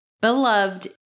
beloved